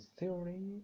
theory